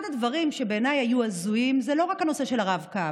אחד הדברים שבעיניי היו הזויים זה לא רק הנושא של הרב-קו,